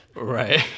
right